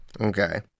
Okay